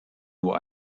nur